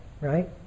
right